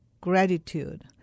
gratitude